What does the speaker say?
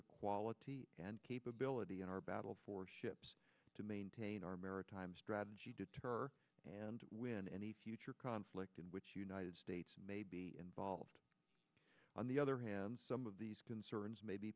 the quality and capability in our battle for ships to maintain our maritime strategy deter and win any future conflict in which united states may be involved on the other hand some of these concerns may be